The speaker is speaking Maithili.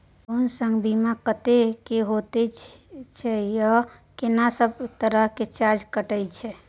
लोन संग बीमा कत्ते के होय छै आ केना सब तरह के चार्ज कटै छै?